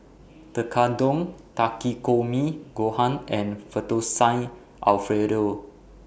Tekkadon Takikomi Gohan and Fettuccine Alfredo